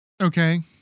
Okay